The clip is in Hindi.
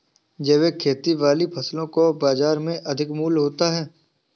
जैविक खेती वाली फसलों का बाजार मूल्य अधिक होता है